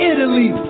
Italy